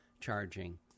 charging